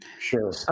Sure